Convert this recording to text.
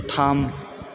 थाम